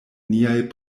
niaj